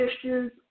issues